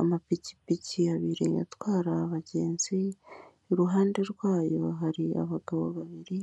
Amapikipiki abiri yo atwara abagenzi, iruhande rw'ayo hari abagabo babiri,